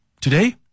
today